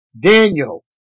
Daniel